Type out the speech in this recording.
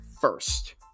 first